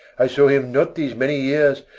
i saw him not these many years,